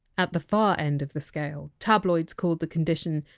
at the far end of the scale, tabloids called the condition!